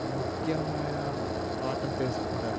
ముఖ్యమైన పాఠం తెలుసుకుంటారు